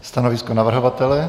Stanovisko navrhovatele?